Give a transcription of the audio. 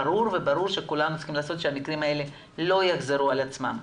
ברור וברור שכולם צריכים לעשות שהמקרים הללו לא יחזרו על עצמם.